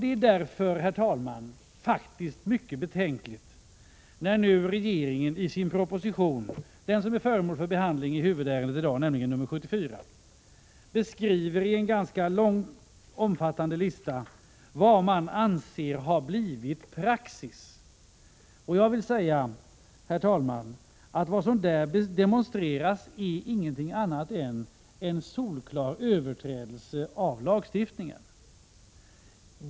Det är därför, herr talman, mycket betänkligt att regeringen i sin proposition, som är föremål för behandling i huvudärendet i dag, nämligen proposition 74, i en ganska omfattande lista beskriver vad den anser har blivit praxis. Jag vill säga, herr talman, att vad som där demonstreras är ingenting annat än en solklar överträdelse av lagstiftningen.